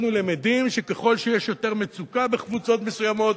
אנחנו למדים שככל שיש יותר מצוקה בקבוצות מסוימות,